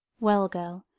well, girl,